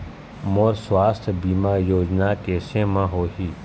मोर सुवास्थ बीमा कैसे म होही?